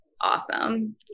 Awesome